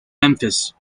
memphis